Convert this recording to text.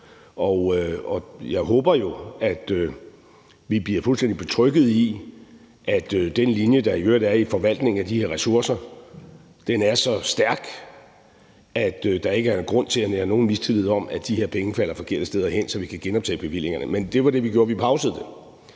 og jeg håber jo, at vi bliver fuldstændig betrygget i, at den linje, der i øvrigt er i forvaltningen af de her ressourcer, er så stærk, at der ikke er grund til at nære nogen mistillid til, at de her penge falder forkerte steder hen, så vi kan genoptage bevillingerne. Men det var det, vi gjorde. Vi pausede det.